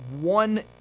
one